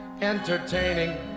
entertaining